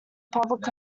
public